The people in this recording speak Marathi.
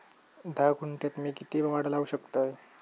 धा गुंठयात मी किती माड लावू शकतय?